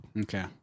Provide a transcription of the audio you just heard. Okay